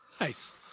Nice